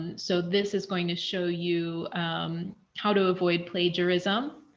and so, this is going to show you how to avoid plagiarism.